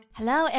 Hello